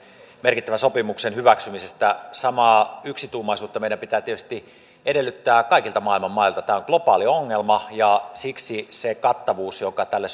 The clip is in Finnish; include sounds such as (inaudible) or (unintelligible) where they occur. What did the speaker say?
merkittävän sopimuksen hyväksymisessä samaa yksituumaisuutta meidän pitää tietysti edellyttää kaikilta maailman mailta tämä on globaali ongelma ja siksi se kattavuus joka tällä (unintelligible)